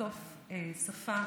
בסוף שפה